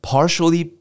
Partially